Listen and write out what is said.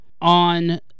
on